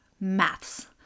maths